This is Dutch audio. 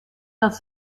dat